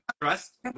trust